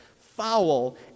foul